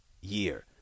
year